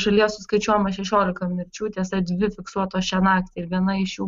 šalyje suskaičiuojama šešiolika mirčių tiesa dvi fiksuotos šią naktį ir viena iš jų